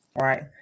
Right